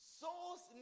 souls